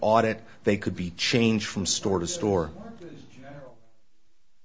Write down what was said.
audit they could be change from store to store